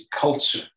culture